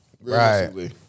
Right